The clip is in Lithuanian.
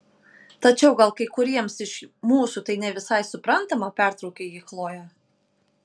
tačiau gal kai kuriems iš mūsų tai ne visai suprantama pertraukė jį chlojė